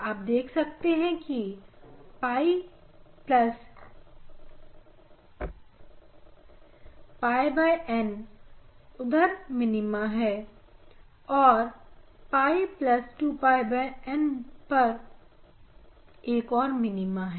आप देख सकते हैं कि 𝝿 𝝿N उधर मिनीमा है और 𝝿 2𝝿N पर एक और मिनीमा है